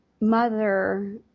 mother